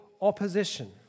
opposition